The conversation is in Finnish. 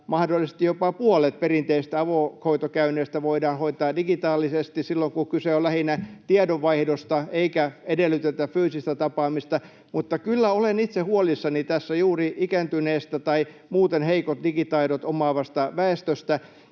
mahdollisesti jopa puolet perinteisistä avohoitokäynneistä voidaan hoitaa digitaalisesti, silloin kun kyse on lähinnä tiedonvaihdosta eikä edellytetä fyysistä tapaamista — mutta kyllä olen itse huolissani juuri heikentyneestä tai muuten heikot digitaidot omaavasta väestöstä.